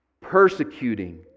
persecuting